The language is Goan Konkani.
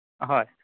हय